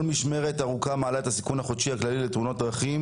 כל משמרת ארוכה מעלה את הסיכון החודשי הכללי לתאונות דרכים